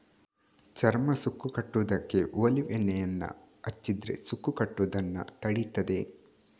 ಚರ್ಮ ಸುಕ್ಕು ಕಟ್ಟುದಕ್ಕೆ ಒಲೀವ್ ಎಣ್ಣೆಯನ್ನ ಹಚ್ಚಿದ್ರೆ ಸುಕ್ಕು ಕಟ್ಟುದನ್ನ ತಡೀತದೆ